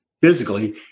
physically